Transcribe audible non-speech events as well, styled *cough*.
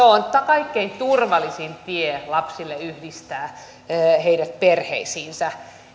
*unintelligible* on kaikkein turvallisin tie lapsille yhdistää heidät perheisiinsä